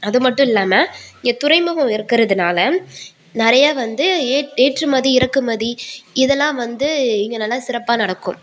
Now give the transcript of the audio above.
அதுமட்டும் இல்லாமல் இங்கே துறைமுகம் இருக்கிறதுனால நிறைய வந்து ஏற்றுமதி இறக்குமதி இதெல்லாம் வந்து இங்கே நல்லா சிறப்பாக நடக்கும்